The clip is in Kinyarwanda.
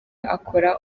akora